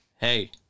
hey